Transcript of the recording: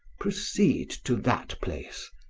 proceed to that place,